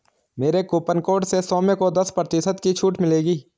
मेरे coupon code से सौम्य को दस प्रतिशत की छूट मिलेगी